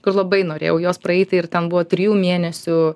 ir labai norėjau juos praeiti ir ten buvo trijų mėnesių